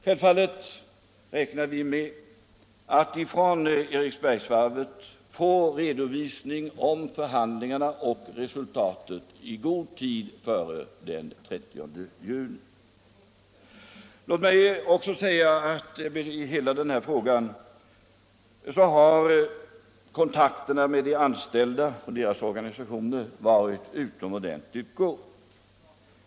Självfallet räknar vi med att från Eriksberg få en redovisning av resultatet av förhandlingarna i god tid före den 30 juni. I hela den här frågan har kontakterna med de anställda och deras organisationer varit utomordentligt goda.